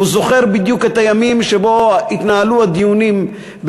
והוא זוכר בדיוק את הימים שבהם התנהלו הדיונים,